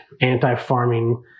anti-farming